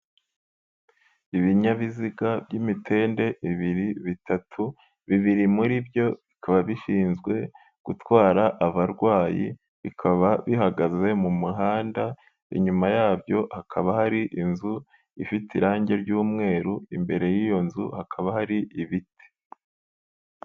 Ibinyabiziga by'imitende bibiri, bitatu. Bibiri muri byo bikaba bishinzwe gutwara abarwayi. Bikaba bihagaze mu muhanda. Inyuma yabyo hakaba hari inzu ifite irangi ry'umweru. Imbere y'iyo nzu hakaba hari ibiti.